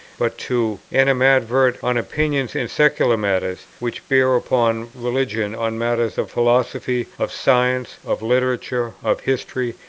but to animadvert on opinions in secular matters which bear upon religion, on matters of philosophy, of science, of literature, of history,